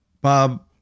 Bob